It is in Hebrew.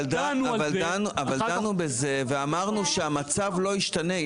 אבל דנו בזה ואמרנו שהמצב לא ישתנה.